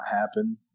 happen